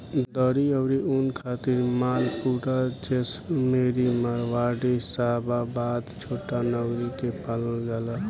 दरी अउरी ऊन खातिर मालपुरा, जैसलमेरी, मारवाड़ी, शाबाबाद, छोटानगरी के पालल जाला